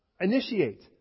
Initiate